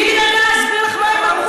למה את חושבת, תני לי להסביר לך מה הם אמרו.